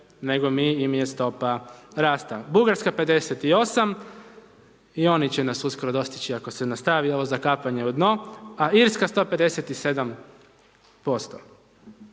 nego mi im je stopa rasta, Bugarska 58 i oni će nas uskoro dostići ako se nastavi, ovo zakapanje u dno a Irska 157%.